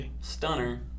Stunner